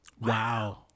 Wow